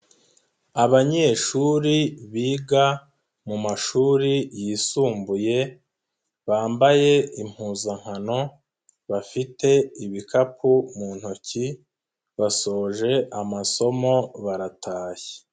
Abanyeshuri biga mu mashuri yisumbuye, bambaye impuzankano, bafite ibikapu mu ntoki, basoje amasomo baratashye.